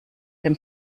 dem